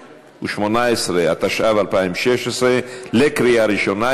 218), התשע"ו 2016, לקריאה ראשונה.